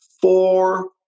four